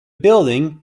building